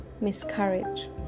miscarriage